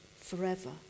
forever